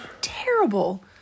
terrible